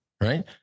right